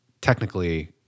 technically